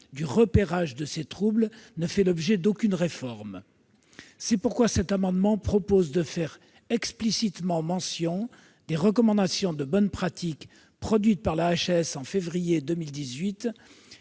-du repérage de ces troubles ne fait l'objet d'aucune réforme. C'est la raison pour laquelle cet amendement vise à faire explicitement mention des recommandations de bonne pratique produites par la HAS en février 2018,